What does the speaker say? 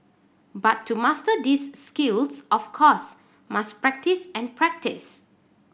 but to master these skills of course must practise and practise